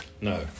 no